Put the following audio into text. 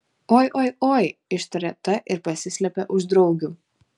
oi oi oi ištarė ta ir pasislėpė už draugių